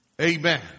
Amen